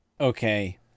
Okay